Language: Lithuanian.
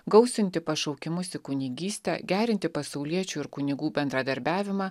gausinti pašaukimus į kunigystę gerinti pasauliečių ir kunigų bendradarbiavimą